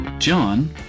John